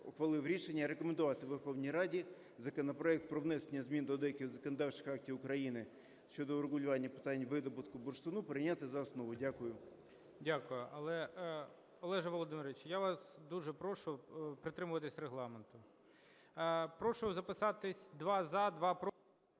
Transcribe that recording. ухвалив рішення рекомендувати Верховній Раді законопроект про внесення змін до деяких законодавчих актів України щодо врегулювання питань видобутку бурштину прийняти за основу. Дякую. ГОЛОВУЮЧИЙ. Дякую. Але, Олеже Володимировичу, я вас дуже прошу притримуватись регламенту. Прошу записатись: два – за, два – проти,